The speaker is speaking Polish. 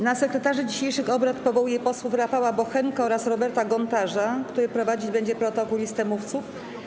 Na sekretarzy dzisiejszych obrad powołuję posłów Rafała Bochenka oraz Roberta Gontarza, którzy prowadzić będą protokół i listę mówców.